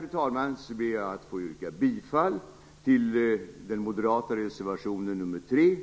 Med detta ber jag att får yrka bifall till den moderata reservationen nr 3